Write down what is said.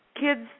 kids